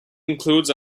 includes